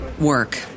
work